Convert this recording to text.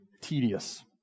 tedious